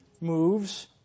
moves